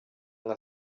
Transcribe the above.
nka